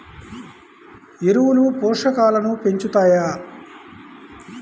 ఎరువులు పోషకాలను పెంచుతాయా?